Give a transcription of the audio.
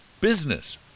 business